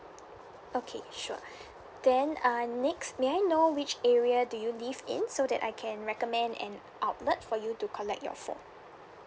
okay sure then uh next may I know which area do you live in so that I can recommend an outlet for you to collect your phone